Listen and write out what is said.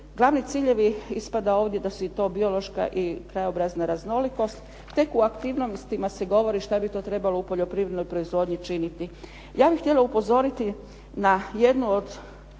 Glavni ciljevi ispada ovdje da su to biološka i krajobrazna raznolikost. Tek u aktivnostima se govori šta bi to trebalo u poljoprivrednoj proizvodnji činiti. Ja bih htjela upozoriti na jedan od